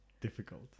difficult